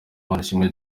manishimwe